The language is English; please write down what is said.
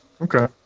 Okay